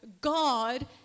God